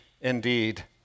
indeed